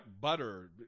Butter